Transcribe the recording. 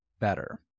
better